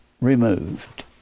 removed